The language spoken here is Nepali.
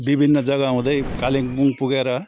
विभिन्न जग्गा हुँदै कालिम्पोङ पुगेर